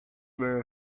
were